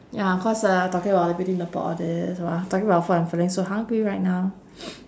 ya cause ah talking about the beauty in a pot and all this !wah! talking about food I'm feeling so hungry right now